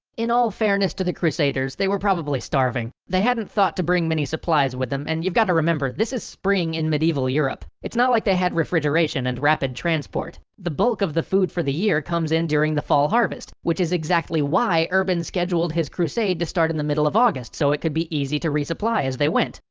in all fairness to the crusaders, they were probably starving. they hadn't thought to bring many supplies with them, and you've got to remember this is spring in medieval europe, it's not like they had refrigeration and rapid transport. the bulk of the food for the year comes in during the fall harvest which is exactly why urban scheduled his crusade to start in the middle of august, so it could be easy to resupply as they went.